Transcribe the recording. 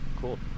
Cool